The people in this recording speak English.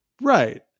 Right